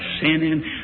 sinning